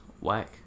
Whack